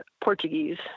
Portuguese